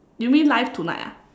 you mean live tonight ah